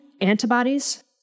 antibodies